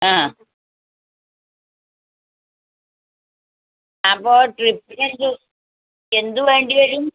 ആ അപ്പോൾ ട്രിപ്പിന് എന്ത് എന്ത് വേണ്ടി വരും